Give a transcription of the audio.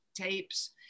tapes